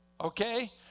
Okay